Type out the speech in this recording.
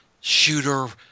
Shooter